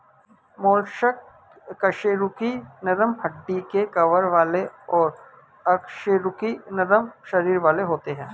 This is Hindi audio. मोलस्क कशेरुकी नरम हड्डी के कवर वाले और अकशेरुकी नरम शरीर वाले होते हैं